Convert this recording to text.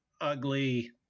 ugly